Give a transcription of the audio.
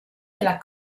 della